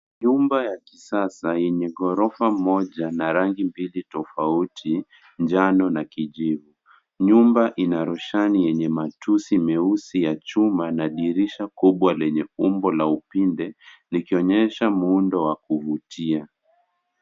Chumba ya kisasa yenye ghorofa moja na rangi mbili tofauti, njano na kijivu. Nyumba ina roshani yenye matusi meusi ya chuma na dirisha kubwa lenye umbo la upinde, likionyesha muundo wa kuvutia.